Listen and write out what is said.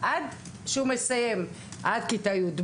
עד שהוא מסיים את התכנית.